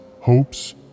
hopes